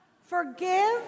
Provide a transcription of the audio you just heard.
Forgive